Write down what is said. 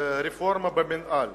ברפורמה במינהל